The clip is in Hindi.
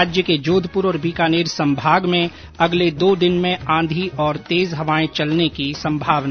राज्य के जोधपुर और बीकानेर संभाग में अगले दो दिन में आंधी और तेज हवाएं चलने की संभावना